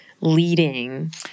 leading